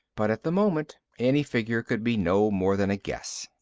but at the moment, any figure could be no more than a guess.